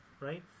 right